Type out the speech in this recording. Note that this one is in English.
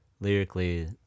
lyrically